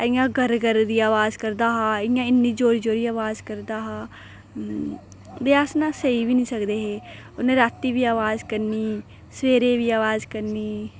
इ'यां गर्र गर्र दी अवाज करदा हा इ'यां जोरी जोरी अवाज करदा हा ते अस ना सेई बी निं सकदे हे उ'न्ने रातीं बी अवाज करनी सवेरे बी अवाज करनी